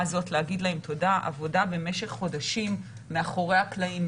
הזאת להגיד להם תודה עבודה במשך חודשים מאחורי הקלעים,